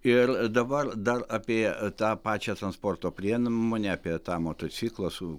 ir dabar dar apie tą pačią transporto prien monę apie tą motociklą su